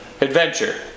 adventure